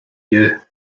you